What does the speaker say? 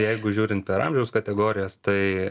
jeigu žiūrint per amžiaus kategorijas tai